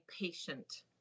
patient